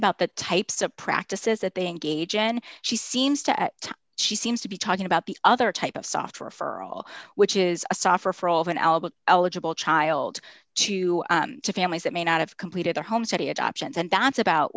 about the types of practices that they engage in she seems to she seems to be talking about the other type of software for all which is a software for all of an album eligible child to families that may not have completed their home study adoptions and that's about